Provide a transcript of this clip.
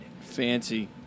Fancy